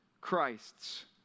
Christ's